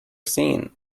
seen